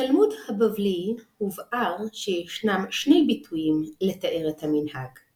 בתלמוד הבבלי הובאר שישנם שני ביטויים לתאר את המנהג –